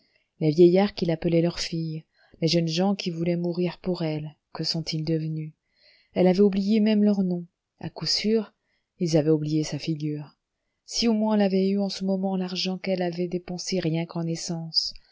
les vieillards qui l'appelaient leur fille les jeunes gens qui voulaient mourir pour elle que sont-ils devenus elle avait oublié même leurs noms à coup sûr ils avaient oublié sa figure si au moins elle avait eu en ce moment l'argent qu'elle avait dépensé rien qu'en essences